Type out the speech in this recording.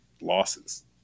losses